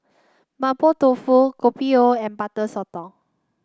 Mapo Tofu Kopi O and Butter Sotong